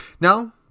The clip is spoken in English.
Now